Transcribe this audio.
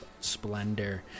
Splendor